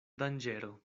danĝero